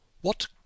What